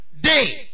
day